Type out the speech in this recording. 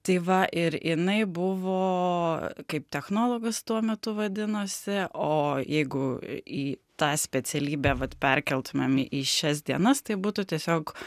tai va ir jinai buvo kaip technologas tuo metu vadinosi o jeigu į tą specialybę vat perkeltumėm į šias dienas tai būtų tiesiog